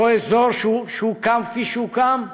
אותו אזור שהוקם כפי שהוקם,